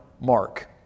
Mark